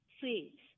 Please